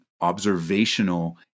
observational